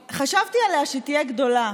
חשבתי עליה, כשהיא תהיה גדולה,